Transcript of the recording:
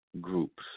groups